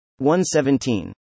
117